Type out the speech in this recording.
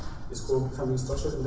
it's called family structure